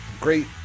great